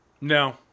No